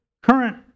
current